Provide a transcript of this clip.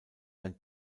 ein